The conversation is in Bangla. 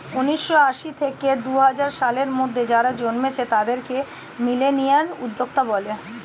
উন্নিশো আশি থেকে দুহাজার সালের মধ্যে যারা জন্মেছে তাদেরকে মিলেনিয়াল উদ্যোক্তা বলে